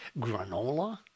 granola